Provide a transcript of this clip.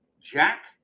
jack